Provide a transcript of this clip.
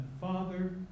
Father